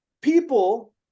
people